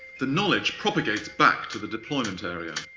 the knowledge propagates back to the deployment area.